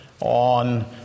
on